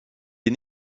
est